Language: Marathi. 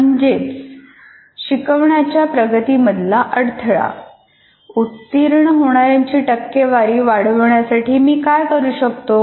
म्हणजेच शिकवण्याच्या प्रगतीमधला अडथळा उत्तीर्ण होणाऱ्यांची टक्केवारी वाढवण्यासाठी मी काय करू शकतो